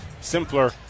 simpler